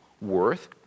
worth